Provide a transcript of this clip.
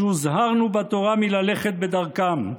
שהוזהרנו בתורה מללכת בדרכם,